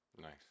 Nice